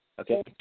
Okay